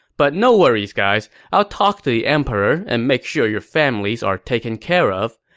but no worries, guys. i'll talk to the emperor and make sure your families are taken care of.